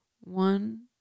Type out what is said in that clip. one